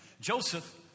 Joseph